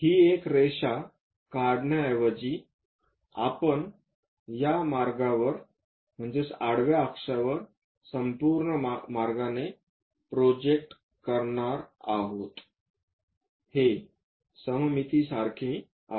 ही एक रेषा काढण्याऐवजी आपण या मार्गावर आडवा अक्षवर संपूर्ण मार्गाने प्रोजेक्ट करणार आहोत हे सममिती सारखे आहे